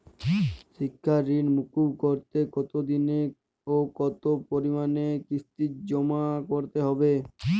শিক্ষার ঋণ মুকুব করতে কতোদিনে ও কতো পরিমাণে কিস্তি জমা করতে হবে?